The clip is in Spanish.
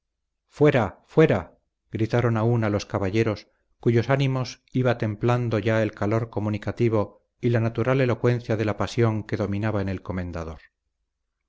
fuera fuera gritaron a una los caballeros cuyos ánimos iba templando ya el calor comunicativo y la natural elocuencia de la pasión que dominaba en el comendador